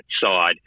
side